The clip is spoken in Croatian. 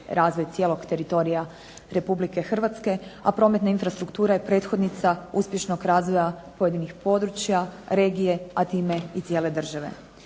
razvoj cijelog teritorija cijele Hrvatske, a prometna infrastruktura je prethodnica uspješnog razvoja pojedinih područja, regije, a time i cijele države.